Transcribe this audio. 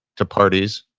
to parties,